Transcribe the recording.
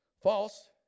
False